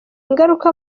ingaruka